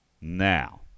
Now